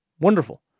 Wonderful